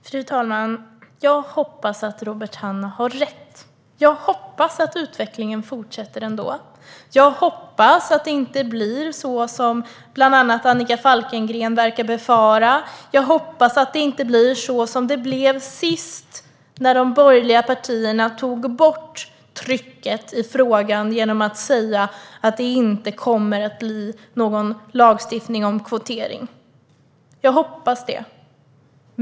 Fru talman! Jag hoppas att Robert Hannah har rätt. Jag hoppas att utvecklingen fortsätter ändå. Jag hoppas att det inte blir så som bland annat Annika Falkengren verkar befara. Jag hoppas att det inte blir så som det blev sist, när de borgerliga partierna tog bort trycket i frågan genom att säga att det inte kommer att bli någon lagstiftning om kvotering. Jag hoppas det.